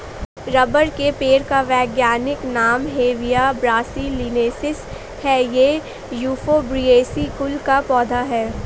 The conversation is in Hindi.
रबर के पेड़ का वैज्ञानिक नाम हेविया ब्रासिलिनेसिस है ये युफोर्बिएसी कुल का पौधा है